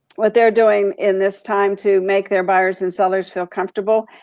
what they're doing in this time to make their buyers and sellers feel comfortable.